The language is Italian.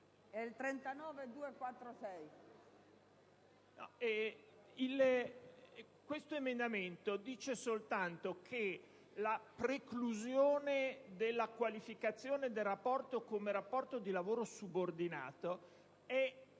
*(PD)*. Questo emendamento dice soltanto che la preclusione della qualificazione del rapporto come rapporto di lavoro subordinato è